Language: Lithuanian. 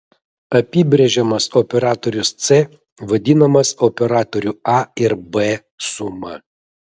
apibrėžiamas operatorius c vadinamas operatorių a ir b suma